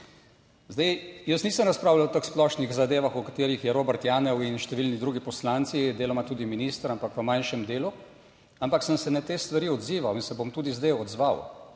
Zdaj, jaz nisem razpravljal o teh splošnih zadevah, o katerih je Robert Janev in številni drugi poslanci, deloma tudi minister, ampak v manjšem delu, ampak sem se na te stvari odzival in se bom tudi zdaj odzval.